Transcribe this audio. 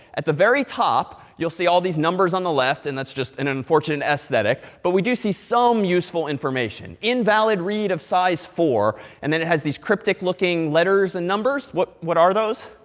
at the very top, you'll see all these numbers on the left, and that's just an unfortunate aesthetic. but we do see some useful information. invalid read of size four and then it has these cryptic looking letters and numbers. what what are those?